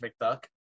McDuck